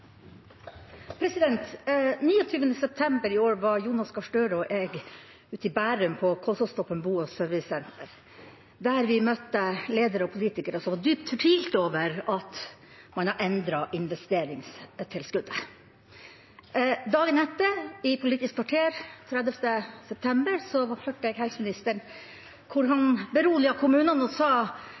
september i år var Jonas Gahr Støre og jeg på Kolsåshjemmet bo- og behandlingssenter i Bærum, der vi møtte ledere og politikere som var dypt fortvilt over at man har endret investeringstilskuddet. I Politisk kvarter dagen etter, den 30. september, hørte jeg helseministeren berolige kommunene og